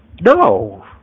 No